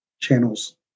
channels